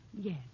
Yes